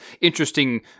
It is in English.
interesting